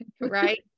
right